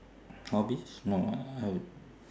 hobbies no I'll